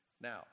Now